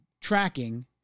tracking